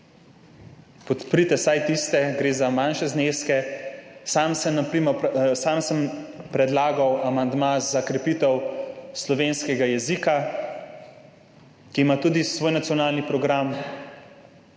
Podprite vsaj tiste, gre za manjše zneske. Sam sem na primer predlagal amandma za krepitev slovenskega jezika, ki ima tudi svoj nacionalni program,